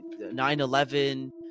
9-11